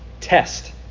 test